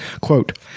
Quote